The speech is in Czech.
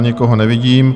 Nikoho nevidím.